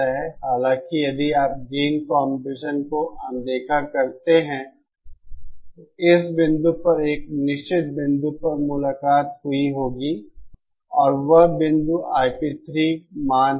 हालांकि यदि आप गेन कंप्रेशन को अनदेखा करते हैं तो इस बिंदु पर एक निश्चित बिंदु पर मुलाकात हुई होगी और वह बिंदु IP3 मान है